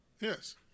Yes